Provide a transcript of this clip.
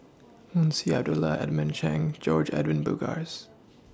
Munshi Abdullah Edmund Cheng George Edwin Bogaars